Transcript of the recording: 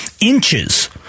inches